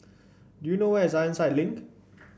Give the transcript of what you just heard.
do you know where is Ironside Link